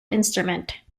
instrument